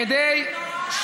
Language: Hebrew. כדי למנוע,